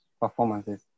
performances